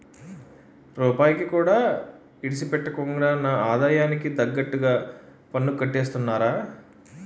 రూపాయికి కూడా ఇడిసిపెట్టకుండా నా ఆదాయానికి తగ్గట్టుగా పన్నుకట్టేస్తున్నారా